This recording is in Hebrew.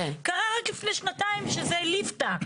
קרה רק לפני שנתיים שזה ליפתא.